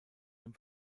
dem